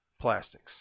plastics